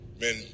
men